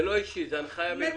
זה לא אישי, זו הנחיה מלמעלה.